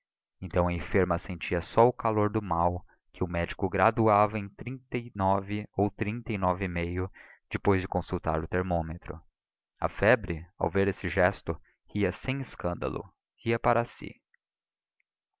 então a enferma sentia só o calor do mal que o médico graduava em ou depois de consultar o termômetro a febre ao ver esse gesto ria sem escândalo ria para si